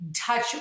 touch